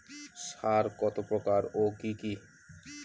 সার কত প্রকার ও কি কি?